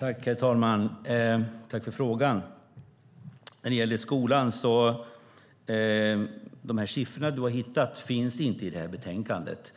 Herr talman! Tack för frågorna! De siffror Mehmet Kaplan har hittat om skolan finns inte med i betänkandet.